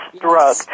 drug